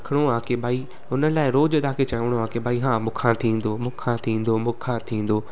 रखिणो आहे की भाई हुन लाइ रोज़ तव्हांखे चवणो आहे की भाई हा मूंखा थींदो मूंखा थींदो मूंखा थींदो